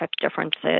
differences